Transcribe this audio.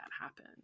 happen